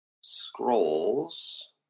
scrolls